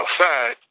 outside